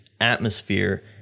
atmosphere